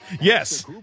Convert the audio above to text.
Yes